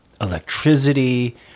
electricity